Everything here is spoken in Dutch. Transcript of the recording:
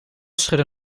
schudde